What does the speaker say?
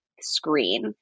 screen